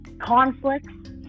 conflicts